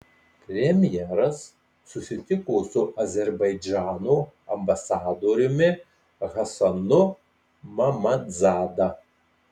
premjeras susitiko su azerbaidžano ambasadoriumi hasanu mammadzada